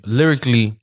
lyrically